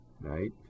right